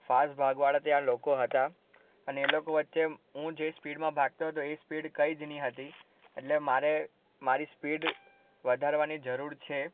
fast ભાગવાવાળા ત્યાં લોકો હતા અને એ લોકો વચ્ચે હું જે સ્પીડમાં ભાગતો હતો એ સ્પીડ કંઈ જ નહીં હતી એટલે મારે મારી સ્પીડ વધારવાની જરૂર છે